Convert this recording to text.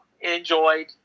enjoyed